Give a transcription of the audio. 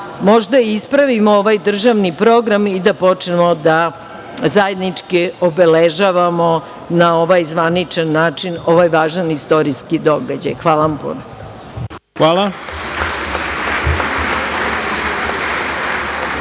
možda i ispravimo ovaj državni program i da počnemo zajedno da obeležavamo na ovaj zvaničan način ovaj važan istorijski događaj. Hvala puno. **Ivica